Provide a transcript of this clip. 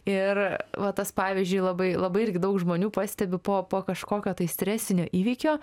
ir va tas pavyzdžiui labai labai irgi daug žmonių pastebi po po kažkokio tai stresinio įvykio